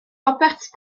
robert